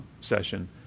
session